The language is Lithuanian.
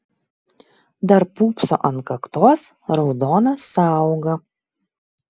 dar pūpso ant kaktos raudona sąauga